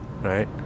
right